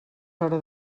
hora